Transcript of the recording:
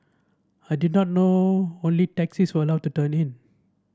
I did not know only taxis were allowed to turn in